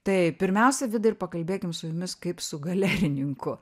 tai pirmiausia vidai ir pakalbėkim su jumis kaip su galerininku